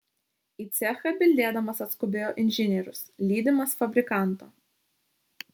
į cechą bildėdamas atskubėjo inžinierius lydimas fabrikanto